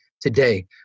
today